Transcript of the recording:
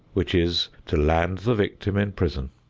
which is to land the victim in prison.